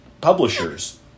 publishers